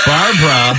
Barbara